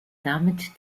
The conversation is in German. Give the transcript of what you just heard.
damit